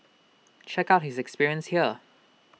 check out his experience here